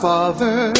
father